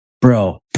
Bro